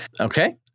Okay